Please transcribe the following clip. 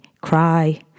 cry